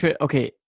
Okay